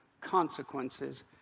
consequences